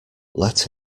let